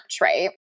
right